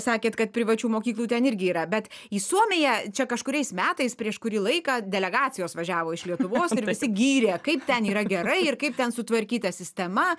sakėt kad privačių mokyklų ten irgi yra bet į suomiją čia kažkuriais metais prieš kurį laiką delegacijos važiavo iš lietuvos ir visi gyrė kaip ten yra gerai ir kaip ten sutvarkyta sistema